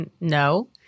no